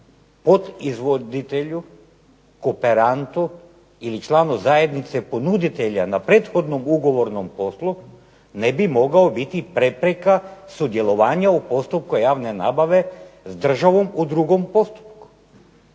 podizvoditelju, kooperantu ili članu zajednice ponuditelja na prethodnom ugovornom poslu ne bi mogao biti prepreka sudjelovanja u postupku javne nabave s državom u drugom postupku.